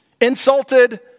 insulted